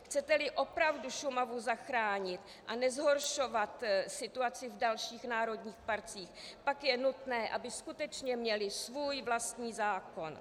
Chceteli opravdu Šumavu zachránit a nezhoršovat situaci v dalších národních parcích, pak je nutné, aby skutečně měly svůj vlastní zákon.